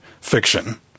fiction